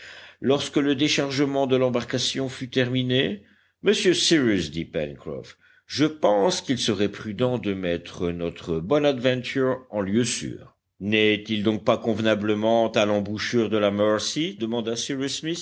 lorsque le déchargement de l'embarcation fut terminé monsieur cyrus dit pencroff je pense qu'il serait prudent de mettre notre bonadventure en lieu sûr n'est-il donc pas convenablement à l'embouchure de la mercy demanda